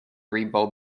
rebuild